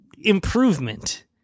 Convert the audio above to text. improvement